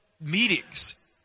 meetings